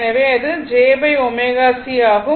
எனவே அது jω C ஆகும்